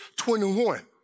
21